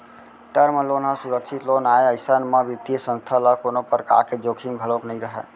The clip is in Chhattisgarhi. टर्म लोन ह सुरक्छित लोन आय अइसन म बित्तीय संस्था ल कोनो परकार के जोखिम घलोक नइ रहय